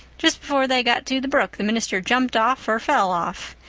just before they got to the brook the minister jumped off or fell off.